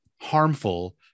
harmful